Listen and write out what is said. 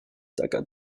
taka